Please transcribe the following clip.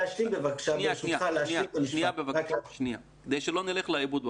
כדי שלא נלך לאיבוד בפרטים,